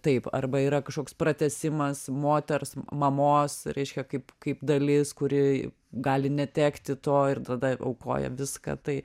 taip arba yra kažkoks pratęsimas moters mamos reiškia kaip kaip dalis kuri gali netekti to ir tada aukoja viską tai